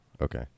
okay